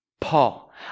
Paul